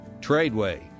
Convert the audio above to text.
Tradeway